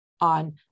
On